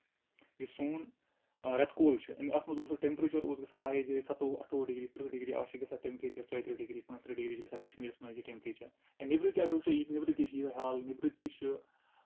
یہِ سون رٮ۪تہٕ کول چھُ اَتھ منٛز اوس نہٕ ٹیمپریچر اوس گژھان رایِز یِہوے سَتووُہ اَٹھووُہ ڈگری ترٕٛہ ڈِگری آز چھُ گژھان ٹیمپریچر ژۄیِہ ترٕٛہ ڈِگری پٲنٛژٕترٕٛہ ڈِگری چھُ گژھان کَشمیٖرَس منٛز یہِ ٹیمپریچر نیبرٕ تہِ اَگر وٕچھو نیبرٕ تہِ چھُ یِہوے حال نیبرٕ تہِ چھُ مطلب